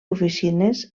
oficines